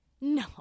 no